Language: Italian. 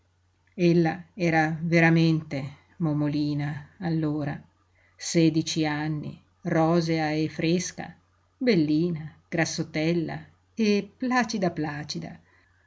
ella era veramente momolina allora sedici anni rosea e fresca bellina grassottella e placida placida